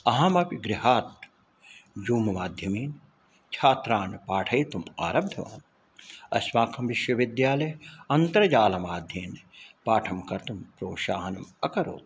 अहमपि गृहात् जूम् माध्यमेन छात्रान् पाठयितुम् आरब्धवान् अस्माकं विश्वविद्यालये अन्तर्जालमाध्यमेन पाठं कर्तुं प्रोत्साहनम् अकरोत्